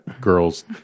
girls